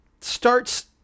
starts